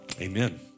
amen